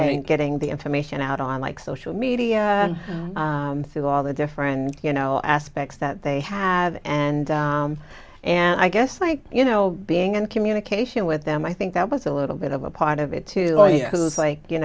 it and getting the information out on like social media through all the different you know aspects that they have and and i guess like you know being in communication with them i think that was a little bit of a part of it too like you